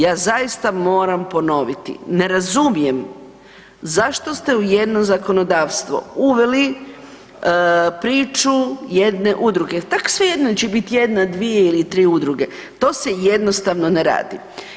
Ja zaista moram ponoviti, ne razumijem zašto ste u jedno zakonodavstvo uveli priču jedne udruge, tak svejedno hoće biti jedna, dvije ili tri udruge to se jednostavno ne radi.